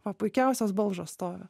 va puikiausias balžas stovi